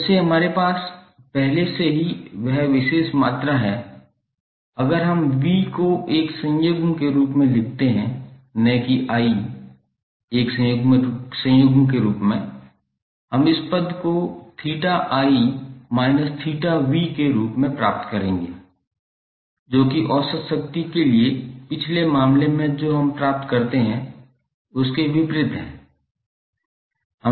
जब से हमारे पास पहले से ही वह विशेष मात्रा है अगर हम V को एक संयुग्म के रूप में रखते हैं न कि I एक संयुग्म के रूप में हम इस पद को theta I minus theta v के रूप में प्राप्त करेंगे जो कि औसत शक्ति के लिए पिछले मामले में जो हम प्राप्त करते हैं उसके विपरीत है